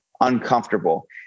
uncomfortable